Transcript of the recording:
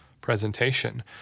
presentation